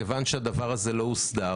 מכיוון שהדבר הזה לא הוסדר.